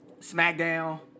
SmackDown